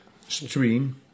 stream